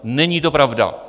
Není to pravda.